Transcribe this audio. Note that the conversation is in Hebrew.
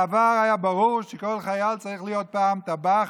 בעבר היה ברור שכל חייל צריך להיות פעם טבח,